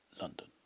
London